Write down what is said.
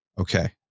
okay